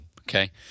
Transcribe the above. Okay